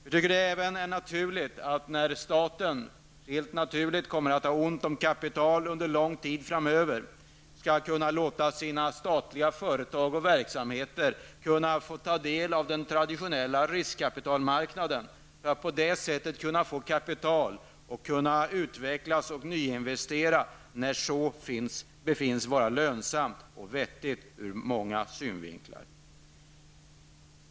Vi tycker även att det är naturligt att staten, som kommer att ha ont om kapital under lång tid framöver, skall kunna låta sina statliga företag och verksamheter ta del av den traditionella riskkapitalmarknaden, för att på det sättet få kapital, så att de kan utveckla och nyinvestera när så befinns vara lönsamt och vettigt ur många synvinklar.